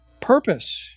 purpose